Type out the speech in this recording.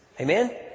Amen